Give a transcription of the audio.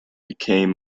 became